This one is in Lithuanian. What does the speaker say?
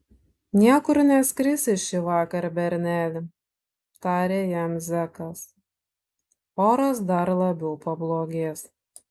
niekur neskrisi šįvakar berneli tarė jam zekas oras dar labiau pablogės